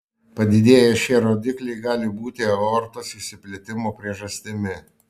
padidėję šie rodikliai gali būti aortos išsiplėtimo priežastimi